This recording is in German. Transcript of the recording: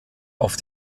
auf